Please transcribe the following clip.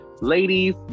Ladies